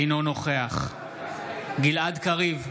אינו נוכח גלעד קריב,